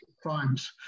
crimes